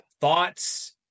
Thoughts